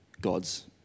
God's